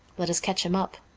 let us catch him up